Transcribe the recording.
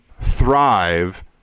thrive